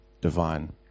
divine